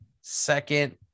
Second